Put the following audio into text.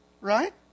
right